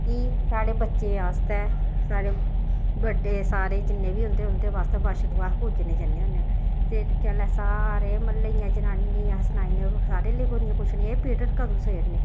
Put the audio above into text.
की साढ़े बच्चे आस्तै साढ़े बड्डे सारे जिन्ने बी होंदे उं'दे बास्तै बच्छ दुआह् पूजने जन्ने होन्ने आं ते जेल्लै सारे म्हल्ले दियां जनानियें गी अस सनाई ओड़नें ते सारियां लेई पौंदियां पुच्छन एह् बिरढ़ कदूं सेड़ने